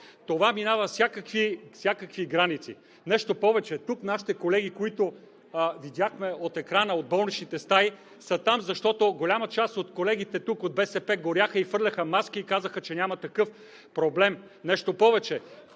Това минава всякакви граници. Нещо повече, нашите колеги, които видяхме от екрана от болничните стаи, са там, защото голяма част от колегите тук от БСП горяха и хвърляха маски и казваха, че няма такъв проблем. (Реплики